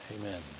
Amen